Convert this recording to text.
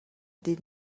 des